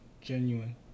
genuine